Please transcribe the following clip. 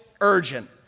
urgent